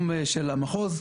של מקרקעין,